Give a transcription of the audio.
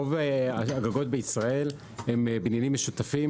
שהם רוב הגגות בישראל יקום סולארי,